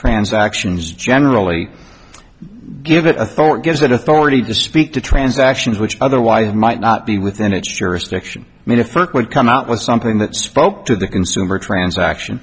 transactions generally give it a thought gives it authority to speak to transactions which otherwise might not be within its jurisdiction i mean if earth would come out with something that spoke to the consumer transaction